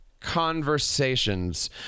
conversations